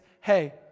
hey